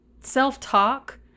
self-talk